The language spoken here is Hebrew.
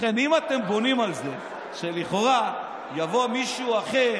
לכן אם אתם בונים על זה שלכאורה יבוא מישהו אחר,